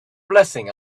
blessing